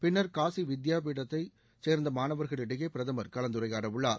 பின்னர் காசி வித்யா பீடத்தை சேர்ந்த மாணவர்களிடையே பிரதமர் கலந்துரையாட உள்ளார்